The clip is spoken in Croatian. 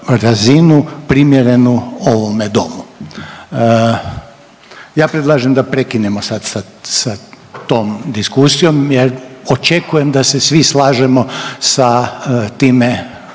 primjerenu ovome domu. Ja predlažem da prekinemo sad sa, sa tom diskusijom jer očekujem da se svi slažemo sa time